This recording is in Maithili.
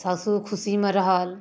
साउसो खुशीमे रहल